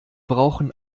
brauchen